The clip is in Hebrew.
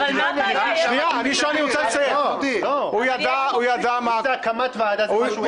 אבל מה הבעיה ------ אם זה הקמת ועדה זה משהו אחד,